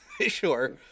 Sure